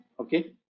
Okay